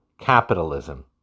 capitalism